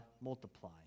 multiply